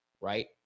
right